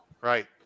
Right